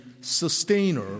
sustainer